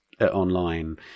online